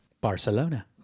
Barcelona